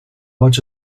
much